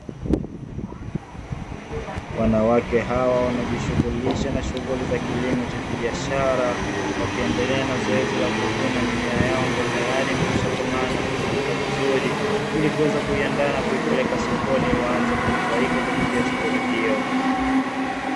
Wanawake hawa wanajishughulisha na shughuli za kilimo cha kibiashara, wakiendelea na zoezi la kuvuna mazao hayo tayari yaliyokwisha komaa na kuiva vizuri, ili kuweza kuiandaa na kuipeleka sokoni waanze kunufaika kupitia shughuli hiyo.